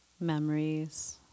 memories